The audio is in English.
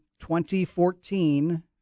2014